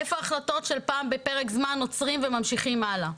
איפה ההחלטות של פעם בפרק זמן עוצרים וממשיכים הלאה.